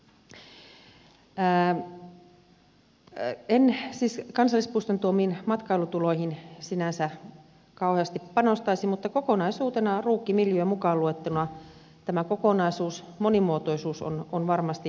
en siis kansallispuiston tuomiin matkailutuloihin sinänsä kauheasti panostaisi mutta kokonaisuutena ruukkimiljöö mukaan luettuna tämä kokonaisuus monimuotoisuus on varmasti täysin hyvä asia